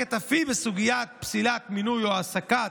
שעוסקת אף היא בסוגיית פסילת מינוי או העסקה